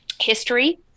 history